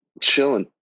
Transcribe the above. Chilling